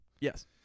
yes